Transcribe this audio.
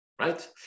Right